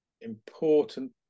important